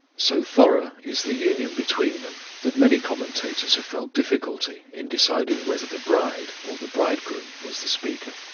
so thorough is the union between them that many commentators have felt difficulty in deciding whether the bride or the bridegroom was the speaker,